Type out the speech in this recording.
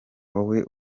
wowe